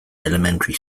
elementary